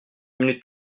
minutes